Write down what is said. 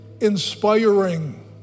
inspiring